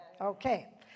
Okay